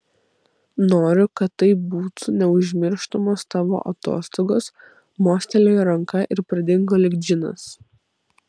noriu kad tai būtų neužmirštamos tavo atostogos mostelėjo ranka ir pradingo lyg džinas